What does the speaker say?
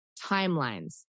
timelines